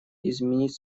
изменить